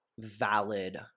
valid